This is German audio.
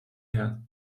her